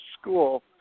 school